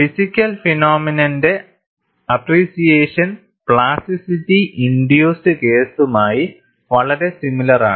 physical ഫിനോമിനന്റെ appreciation plasticity induced കേസുമായി വളരെ സിമിലർ ആണ്